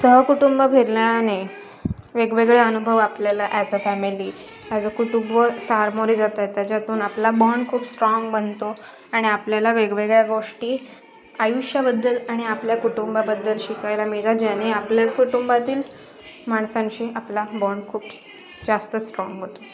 सहकुटुंब फिरल्याने वेगवेगळे अनुभव आपल्याला as a family as a कुटुंब समोरी जाताय त्याच्यातून आपला बॉन्ड खूप स्ट्राँग बनतो आणि आपल्याला वेगवेगळ्या गोष्टी आयुष्याबद्दल आणि आपल्या कुटुंबाबद्दल शिकायला मिळतात ज्याने आपल्या कुटुंबातील माणसांशी आपला बॉन्ड खूप जास्त स्ट्राँग होतो